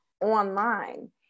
Online